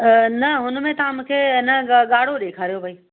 अ न हुनमें तव्हां मूंखे हे न ॻाढ़ो ॾेखारियो भाई